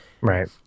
Right